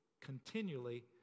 continually